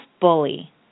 bully